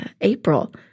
April